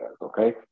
Okay